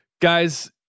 Guys